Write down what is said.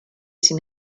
sin